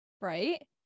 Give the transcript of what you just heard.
right